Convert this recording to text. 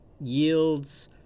yields